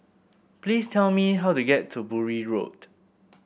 please tell me how to get to Bury Road